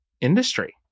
industry